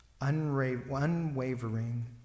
unwavering